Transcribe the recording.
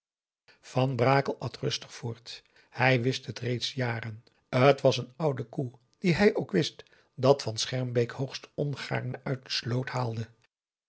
van brakel at rustig voort hij wist het reeds jaren t was een oude koe die hij ook wist dat van schermbeek hoogst ongaarne uit de sloot haalde